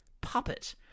puppet